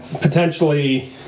potentially